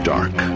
Dark